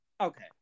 Okay